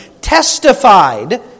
testified